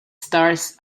stars